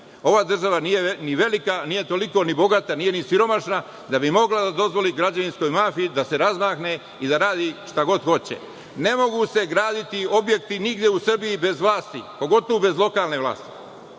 Ova država nije ni velika, nije toliko ni bogata, nije ni siromašna da bi mogla da dozvoli građevinskoj mafiji da se razmahne i da radi šta god hoće. Ne mogu se graditi objekti nigde u Srbiji bez vlasti, pogotovu bez lokalne vlasti.